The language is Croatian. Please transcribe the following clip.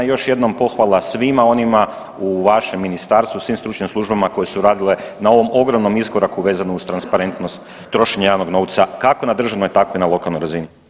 I još jednom pohvala svima onima u vašem ministarstvu, svim stručnim službama koje su radile na ovom ogromnom iskoraku vezano uz transparentnost trošenja javnog novca kako na državnoj tako i na lokalnoj razini.